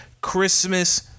Christmas